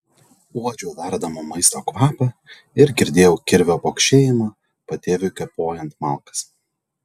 uodžiau verdamo maisto kvapą ir girdėjau kirvio pokšėjimą patėviui kapojant malkas